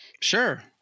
Sure